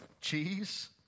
cheese